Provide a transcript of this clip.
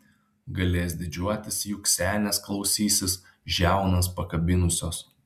galės didžiuotis juk senės klausysis žiaunas pakabinusios